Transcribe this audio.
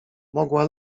mogła